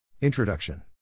Introduction